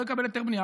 לא יקבל היתר בנייה,